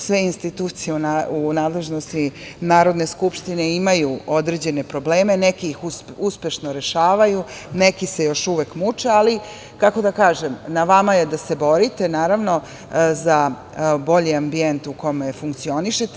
Sve institucije u nadležnosti Narodne skupštine, imaju određene probleme, neki ih uspešno rešavaju, a neki se još uvek muče, ali kako da kažem, na vama je da se borite, i za bolji ambijent u kome funkcionišete.